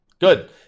good